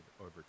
over